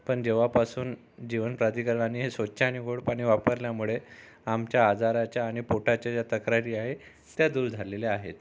पण जेव्हापासून जीवनप्राधिकरनाने हे स्वच्छ आणि गोड पाणी वापरल्यामुळे आमच्या आजाराच्या आणि पोटाच्या ज्या तक्रारी आहेत त्या दूर झालेल्या आहेत